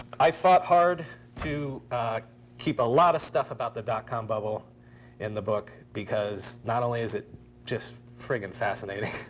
i fought hard to keep a lot of stuff about the dot-com bubble in the book, because not only is it just friggin' fascinating,